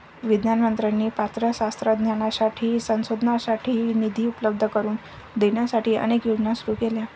विज्ञान मंत्र्यांनी पात्र शास्त्रज्ञांसाठी संशोधनासाठी निधी उपलब्ध करून देण्यासाठी अनेक योजना सुरू केल्या